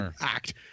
act